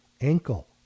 ankle